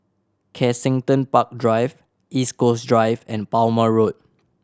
Kensington Park Drive East Coast Drive and Palmer Road